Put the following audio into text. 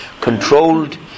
Controlled